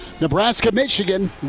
Nebraska-Michigan